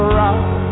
rock